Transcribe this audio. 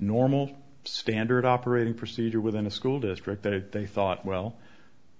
normal standard operating procedure within a school district that they thought well